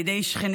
על ידי שכניהן,